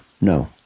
No